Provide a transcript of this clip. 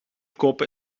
kopen